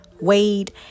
wade